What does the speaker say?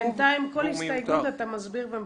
בינתיים כל הסתייגות אתה מסביר ומפרט.